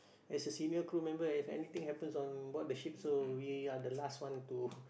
as a senior crew member if any thing happens on board the ship so we are the last one to